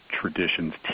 traditions